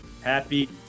Happy